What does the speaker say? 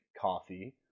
coffee